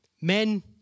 Men